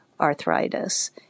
arthritis